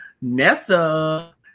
Nessa